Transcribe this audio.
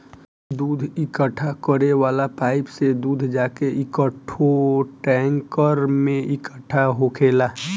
दूध इकट्ठा करे वाला पाइप से दूध जाके एकठो टैंकर में इकट्ठा होखेला